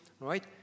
right